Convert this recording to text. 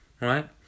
right